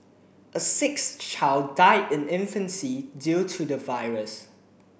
a sixth child died in infancy due to the virus